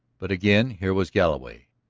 but again here was galloway,